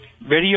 Video